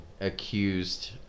accused